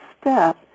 step